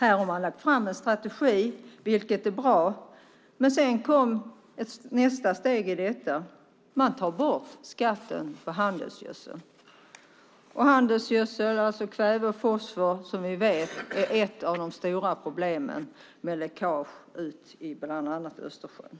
Man har lagt fram en strategi, vilket är bra. Men sedan kom nästa steg: man tar bort skatten på handelsgödsel. Handelsgödsel, alltså kväve och fosfor, är som vi vet ett av de stora problemen med läckage ut i bland annat Östersjön.